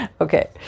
Okay